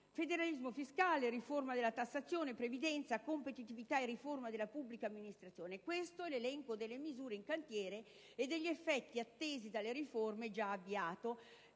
Federalismo fiscale, riforma della tassazione, previdenza, competitività e riforma della pubblica amministrazione: è questo l'elenco delle misure in cantiere e degli effetti attesi dalle riforme già avviate.